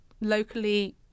locally